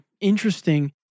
interesting